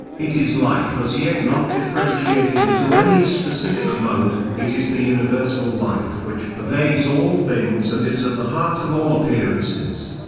it is life as yet not differentiated into any specific mode it is the universal life which pervades all things and is at the heart of all appearances.